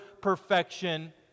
perfection